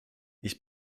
ich